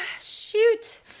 Shoot